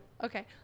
Okay